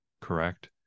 correct